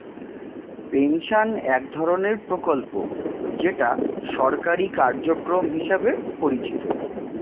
pension এক ধরনের প্রকল্প যেটা সরকারি কার্যক্রম হিসেবে পরিচিত